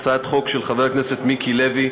הצעת חוק של חבר הכנסת מיקי לוי,